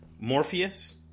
Morpheus